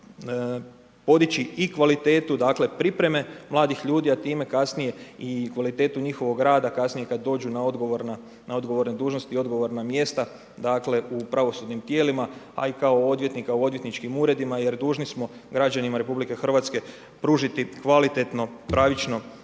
Zakon podići i kvalitetu pripreme mladih ljudi, a time kasnije i kvalitetu njihovog rada kasnije kad dođu na odgovorne dužnosti i odgovorna mjesta dakle, u pravosudnim tijelima, a i kao odvjetnik u odvjetničkim uredima jer dužni smo građanima RH pružiti kvalitetno, pravično